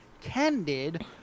candid